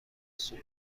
سکوت